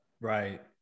Right